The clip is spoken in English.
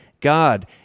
God